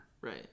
Right